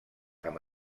amb